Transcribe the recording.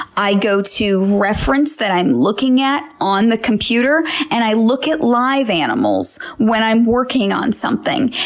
i go to references that i'm looking at on the computer, and i look at live animals when i'm working on something,